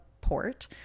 port